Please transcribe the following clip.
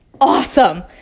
awesome